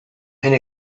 and